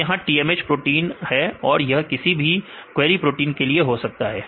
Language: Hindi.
तो यहां TMH प्रोटीन है और यह किसी भी क्वेरी प्रोटीन के लिए हो सकता है